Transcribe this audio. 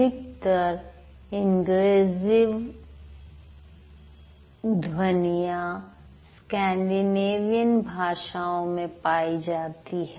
अधिकतर इंग्रेसिव ध्वनियां स्कैंडिनेवियन भाषाओं में पाई जाती है